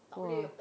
!wah!